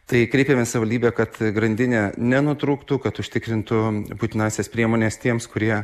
tai kreipėmės į savivaldybę kad grandinė nenutrūktų kad užtikrintų būtinąsias priemones tiems kurie